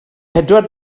pedwar